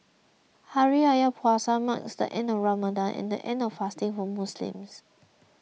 Hari Raya Puasa marks the end of Ramadan and the end of fasting for Muslims